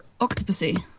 Octopussy